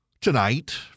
tonight